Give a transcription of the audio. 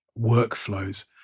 workflows